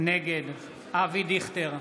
נגד אבי דיכטר,